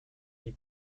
die